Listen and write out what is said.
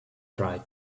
tried